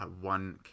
one